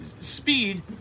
speed